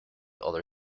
other